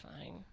fine